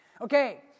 Okay